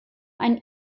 ein